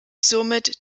somit